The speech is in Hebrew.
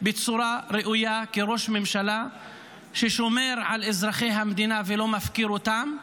בצורה ראויה כראש ממשלה ששומר על אזרחי המדינה ולא מפקיר אותם,